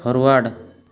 forward